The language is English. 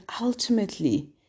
ultimately